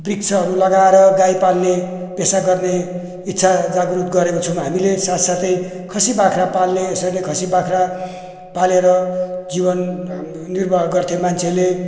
वृक्षहरू लगाएर गाई पाल्ने पेसा गर्ने इच्छा जागृत गरेको छौँ हामीले साथसाथै खसी बाख्रा पाल्ने यसरी नै खसी बाख्रा पालेर जीवन हाम्रो निर्वाह गर्थे मान्छेले